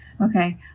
Okay